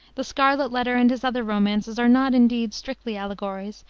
the scarlet letter and his other romances are not, indeed, strictly allegories,